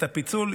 את הפיצול,